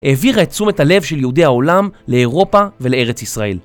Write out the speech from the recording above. העבירה את תשומת הלב של יהודי העולם לאירופה ולארץ ישראל.